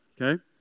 Okay